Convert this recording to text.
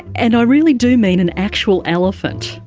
and i really do mean an actual elephant.